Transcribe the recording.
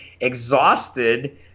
exhausted